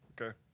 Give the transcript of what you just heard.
Okay